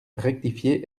rectifié